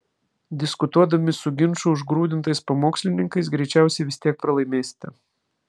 diskutuodami su ginčų užgrūdintais pamokslininkais greičiausiai vis tiek pralaimėsite